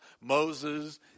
Moses